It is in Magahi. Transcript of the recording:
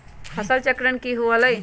फसल चक्रण की हुआ लाई?